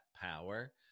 power